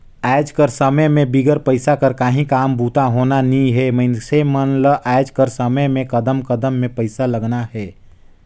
आएज कर समे में बिगर पइसा कर काहीं काम बूता होना नी हे मइनसे मन ल आएज कर समे में कदम कदम में पइसा लगना हे